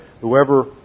...whoever